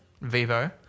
Vivo